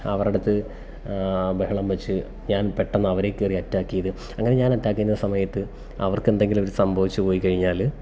അവരുടടുത്ത് ബഹളം വെച്ചു ഞാൻ പെട്ടെന്ന് അവരെക്കയറി അറ്റാക്ക് ചെയ്തു അങ്ങനെ ഞാൻ അറ്റാക്ക് ചെയ്യുന്ന സമയത്ത് അവർക്കെന്തെങ്കിലുമിതു സംഭവിച്ചു പോയിക്കഴിഞ്ഞാൽ